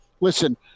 listen –